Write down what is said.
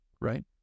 right